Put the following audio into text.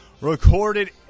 recorded